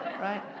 Right